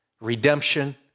Redemption